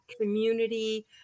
community